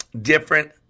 Different